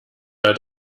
hat